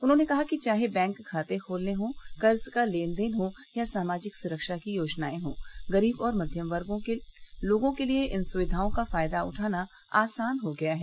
उन्होंने कहा कि चाहे बैंक खाते खोलने हों कर्ज का लेन देन हो या सामाजिक सुरक्षा की योजनाएं हों गरीब और क्व्यम वर्गों के लोगों के लिए इन सुक्षिप्रों का फायदा उठाना आसान हो गया है